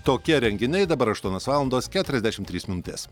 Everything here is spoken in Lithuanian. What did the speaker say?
tokie renginiai dabar aštuonios valandos keturiasdešimt trys minutės